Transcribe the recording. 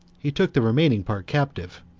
he took the remaining part captive,